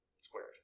squared